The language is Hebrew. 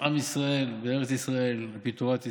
עם ישראל וארץ ישראל על פי תורת ישראל.